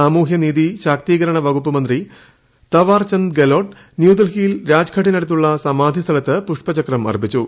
സാമൂഹ്യനീതി ശാക്തീകരണ വകുപ്പ് മന്തി തവാർചന്ദ് ഗെലോട്ട് ന്യൂഡൽഹിയിൽ രാജ്ഘട്ടിനടുത്തുള്ള സമാധി സ്ഥലത്ത് പുഷ്പചക്രം അർപ്പിച്ചു